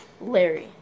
Larry